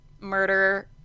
murder